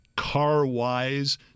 Car-wise